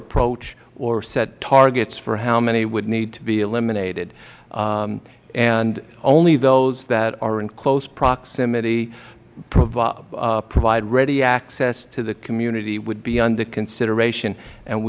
approach or set targets for how many would need to be eliminated and only those that are in close proximity provide ready access to the community would be under consideration and